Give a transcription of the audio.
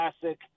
classic